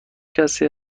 کسی